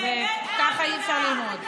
ככה אי-אפשר ללמוד.